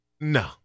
No